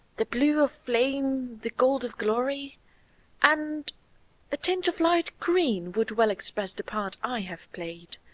the blue of flame, the gold of glory and a tinge of light green would well express the part i have played.